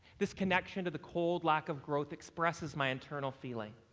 this connection to the cold lack of growth expresses my internal feeling.